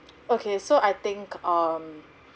okay so I think um